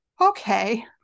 okay